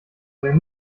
denn